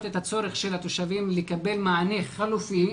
את הצורך של התושבים לקבל מענה חלופי,